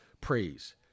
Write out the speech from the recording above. praise